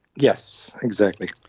yes, exactly.